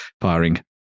firing